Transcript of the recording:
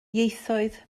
ieithoedd